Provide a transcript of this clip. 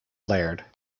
laird